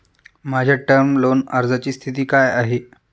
माझ्या term loan अर्जाची स्थिती काय आहे?